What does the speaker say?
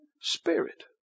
spirit